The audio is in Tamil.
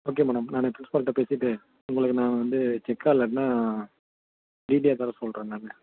ஓகே மேடம் நான் ப்ரின்ஸ்பால்கிட்ட பேசிவிட்டு உங்களுக்கு நான் வந்து செக்காக இல்லாட்டினா டீடியாக தர சொல்கிறேன் நான்